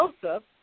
Joseph